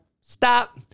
stop